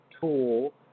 tool